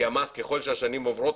כי ככל שהשנים עוברות,